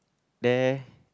there